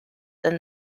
than